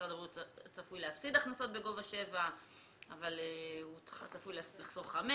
משרד הבריאות צפוי להפסיד הכנסות בגובה 7 אבל הוא צפוי לחסוך 5